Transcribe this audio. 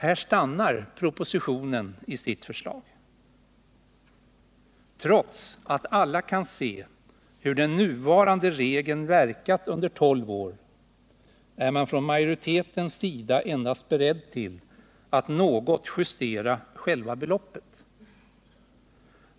Här stannar propositionen i sitt förslag. Trots att alla kan se hur den nuvarande regeln verkat under 12 år är man från majoritetens sida endast beredd till att något justera själva beloppet.